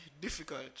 difficult